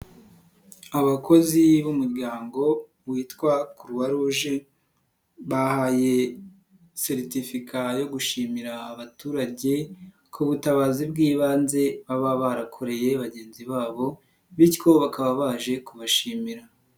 Abakozi b'umuryango witwa Croix rouge bahaye seritifika yo gushimira abaturage ku butabazi bw'ibanze baba barakoreye bagenzi babo, bityo bakaba baje kubashimira.